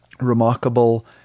remarkable